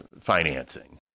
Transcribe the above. financing